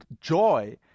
joy